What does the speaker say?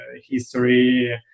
history